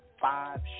five